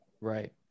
Right